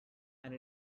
and